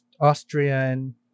Austrian